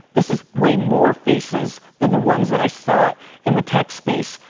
this is way more faces than the ones that i saw in the tech space,